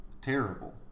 terrible